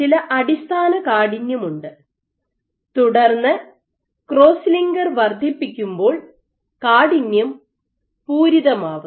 ചില അടിസ്ഥാന കാഠിന്യമുണ്ട് തുടർന്ന് ക്രോസ് ലിങ്കർ വർദ്ധിപ്പിക്കുമ്പോൾ കാഠിന്യം പൂരിതമാവുന്നു